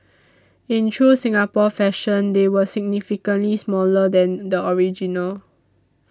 in true Singapore fashion they were significantly smaller than the original